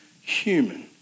human